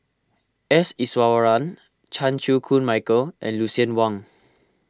S Iswaran Chan Chew Koon Michael and Lucien Wang